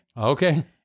okay